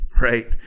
right